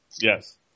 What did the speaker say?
Yes